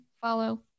follow